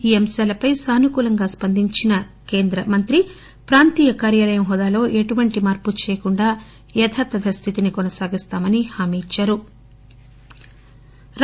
ఈ అంశాలపై సానుకూలంగా స్పందించిన కేంద్ర జౌళి శాఖ మంత్రి ప్రాంతీయ కార్యాలయ హోదాలో ఎటువంటి మార్పు చేయకుండా యథాతథ స్థితిని కొనసాగిస్తామని హామీ ఇచ్చారు